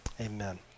Amen